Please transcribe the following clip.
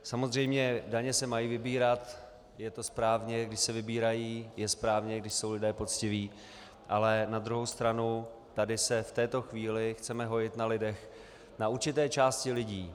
Samozřejmě, daně se mají vybírat, je to správně, když se vybírají, je správně, když jsou lidé poctiví, ale na druhou stranu tady se v této chvíli chceme hojit na lidech, na určité části lidí.